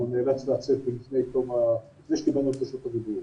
הוא נאלץ לצאת לפני שקיבלנו את רשות הדיבור.